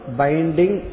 binding